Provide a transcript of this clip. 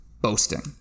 boasting